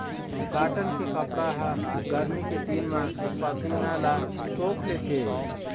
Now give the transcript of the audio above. cotton के कपड़ा ह गरमी के दिन म पसीना ल सोख लेथे